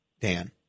Dan